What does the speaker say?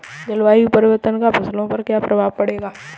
जलवायु परिवर्तन का फसल पर क्या प्रभाव पड़ेगा?